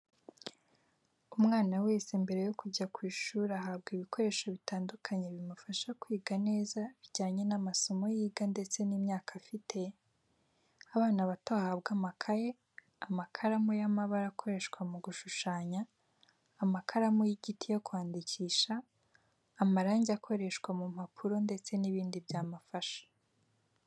Umwana wese mbere yo kujya ku ishuri ahabwa ibikoresho bitandukanye bimufasha kwiga neza bijyanye n'amasomo yiga ndetse n'imyaka afite, abana bato bahabwa amakaye, amakaramu y'amabara akoreshwa mu gushushanya, amakaramu y'igiti yo kwandikisha, amarangi akoreshwa ku mpapuro ndetse n'ibindi byamufasha.